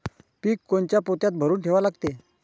पीक कोनच्या पोत्यात भरून ठेवा लागते?